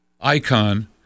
icon